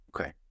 Okay